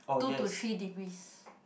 two to three degrees